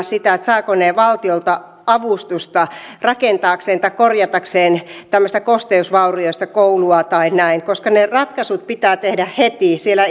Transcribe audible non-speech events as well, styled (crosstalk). (unintelligible) sitä saavatko ne valtiolta avustusta korjatakseen tämmöistä kosteusvaurioista koulua tai näin koska ne ratkaisut pitää tehdä siellä heti